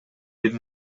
бир